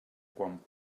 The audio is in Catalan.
quan